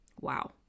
Wow